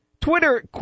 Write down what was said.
Twitter